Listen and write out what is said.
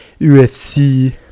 UFC